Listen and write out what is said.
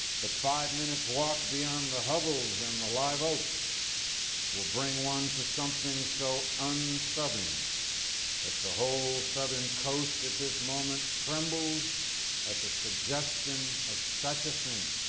but five minutes walk beyond the hovels and the live oaks will bring one to something so unsouthern that the whole southern coast at this moment trembles at the suggestion of such a thing,